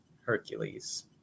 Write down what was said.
Hercules